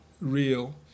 real